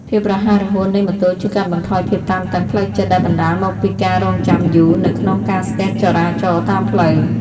ភាពរហ័សរហួននៃម៉ូតូជួយកាត់បន្ថយភាពតានតឹងផ្លូវចិត្តដែលបណ្ដាលមកពីការរង់ចាំយូរនៅក្នុងការស្ទះចរាចរណ៍តាមផ្លូវ។